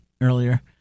earlier